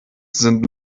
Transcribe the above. sind